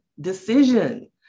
decision